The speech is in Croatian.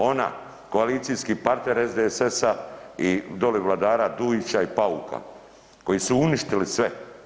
Ona, koalicijski partner SDSS-a i doli vladara Duića i Pauka koji su uništili sve.